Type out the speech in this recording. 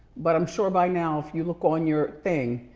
but i'm sure by now, if you look on your thing,